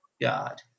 God